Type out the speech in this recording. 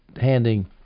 handing